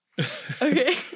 Okay